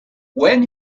when